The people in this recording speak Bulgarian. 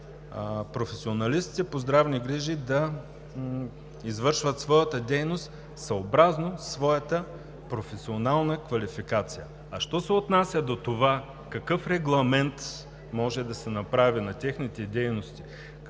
професионалисти по здравни грижи да извършват своята дейност съобразно своята професионална квалификация. А що се отнася до това какъв регламент може да се направи на техните дейности,